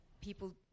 People